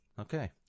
Okay